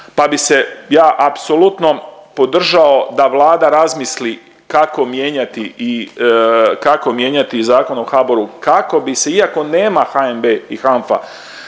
pa bi se ja apsolutno podržao da Vlada razmisli kako mijenjati i Zakon o HBOR-u, kako bi se iako nema HNB i HANFA